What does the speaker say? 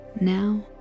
Now